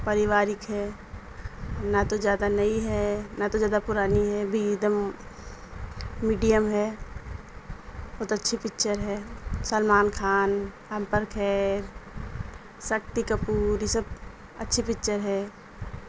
پریوارک ہے نہ تو زیادہ نئی ہے نہ تو زیادہ پرانی ہے ایک دم میڈیم ہے بہت اچھی پکچر ہے سلمان خان امپر کھیر شکتی کپور یہ سب اچھی پکچر ہے